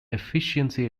efficiency